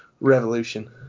revolution